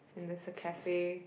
and there's a cafe